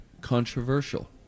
controversial